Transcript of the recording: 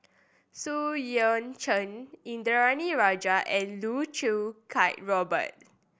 Xu Yuan Zhen Indranee Rajah and Loh Choo Kiat Robert